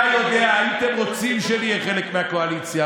הייתם רוצים שנהיה חלק מהקואליציה,